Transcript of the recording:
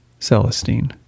Celestine